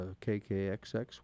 KKXX